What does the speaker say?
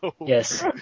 Yes